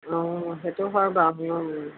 অঁ সেইটো হয় বাৰু